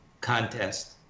contest